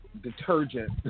detergent